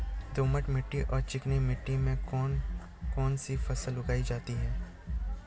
दोमट मिट्टी और चिकनी मिट्टी में कौन कौन सी फसलें उगाई जा सकती हैं?